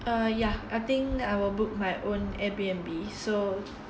uh ya I think I will book my own Airbnb so